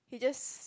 he just